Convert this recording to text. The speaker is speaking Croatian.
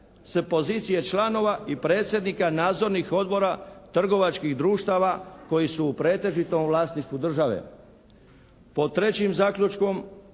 s pozicije članova i predsjednika nadzornih odbora trgovačkih društava koji su u pretežitom vlasništvu države. Pod trećim zaključkom